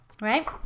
right